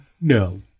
No